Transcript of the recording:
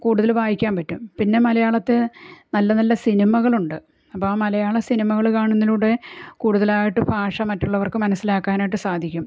കൂടുതൽ വായിക്കാൻ പറ്റും പിന്നെ മലയാളത്തെ നല്ല നല്ല സിനിമകളുണ്ട് അപ്പോൾ ആ മലയാള സിനിമകള് കാണുന്നതിലൂടെ കൂടുതലായിട്ട് ഭാഷ മറ്റുള്ളവർക്ക് മനസ്സിലാക്കാനായിട്ട് സാധിക്കും